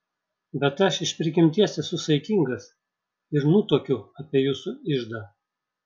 bet aš iš prigimties esu saikingas ir nutuokiu apie jūsų iždą